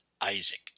Isaac